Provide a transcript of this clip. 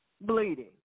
Bleeding